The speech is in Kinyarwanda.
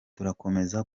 turakomeza